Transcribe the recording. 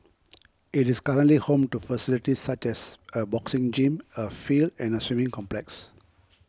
it is currently home to facilities such as a boxing gym a field and a swimming complex